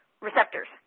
receptors